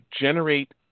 generate